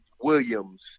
Williams